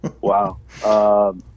Wow